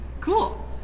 Cool